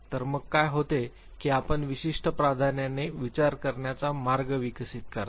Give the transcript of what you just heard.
तर मग काय होते की आपण विशिष्ट प्राधान्याने विचार करण्याचा मार्ग विकसित करता